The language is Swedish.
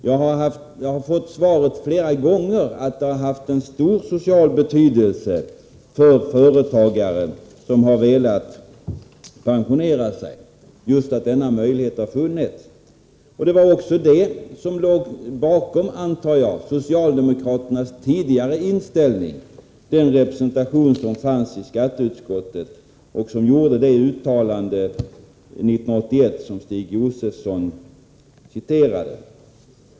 Jag har flera gånger fått svaret att de haft stor social betydelse för företagare som velat pensionera sig. Det var också detta som jag antog låg bakom den inställning som socialdemokraterna tidigare intog i skatteutskottet, där man år 1981 gjorde det uttalande som Stig Josefson har citerat.